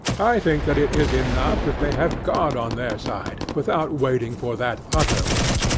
i think that it is enough if they have god on their side, without waiting for that other one.